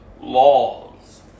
laws